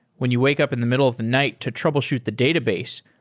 when you wake up in the middle of the night to troubleshoot the database,